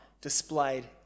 displayed